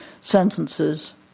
sentences